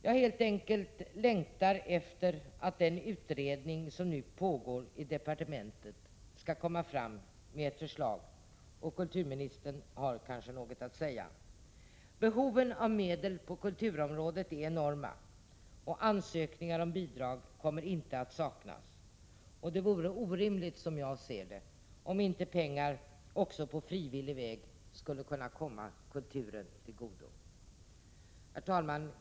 Jag längtar helt enkelt efter att den utredning som nu pågår i departementet skall komma med ett förslag — kulturministern kanske har något att säga om det. Behoven av medel på kulturområdet är enorma, och ansökningar om bidrag kommer inte att saknas. Det vore orimligt om pengar inte skulle kunna komma kulturen till godo också på frivillig väg. Herr talman!